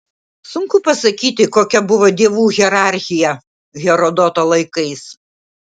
sunku pasakyti kokia buvo dievų hierarchija herodoto laikais